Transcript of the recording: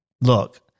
look